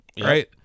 Right